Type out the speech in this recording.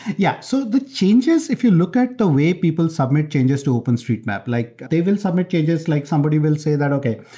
yeah. so the changes, if you look at the way people submit changes to openstreetmap, like they will submit changes, like somebody will say that, okay,